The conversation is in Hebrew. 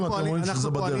שנים אתם אומרים שזה בדרך.